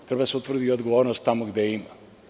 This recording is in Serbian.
Treba da se utvrdi odgovornost tamo gde je ima.